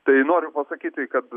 tai noriu pasakyti kad